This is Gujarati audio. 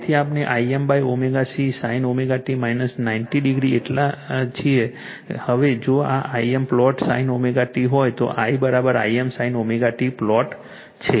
તેથી આપણે Im ω C sin ω t 90 degree એટલા છીએ હવે જો આ Im પ્લોટ sin ωt હોય તો I I m sin ωt plot છે